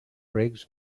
briggs